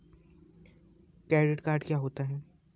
Credit card क्या होता है?